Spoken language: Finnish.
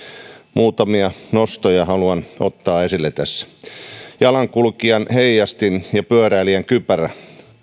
muutamia nostoja haluan tässä ottaa esille jalankulkijan heijastin ja pyöräilijän kypärä